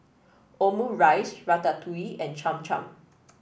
Omurice Ratatouille and Cham Cham